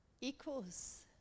equals